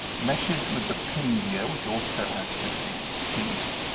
meshes with the pin gear, which also has fifty teeth,